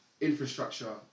infrastructure